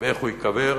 ואיך הוא ייקבר,